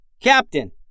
Captain